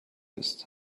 ist